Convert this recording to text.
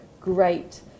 great